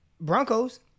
Broncos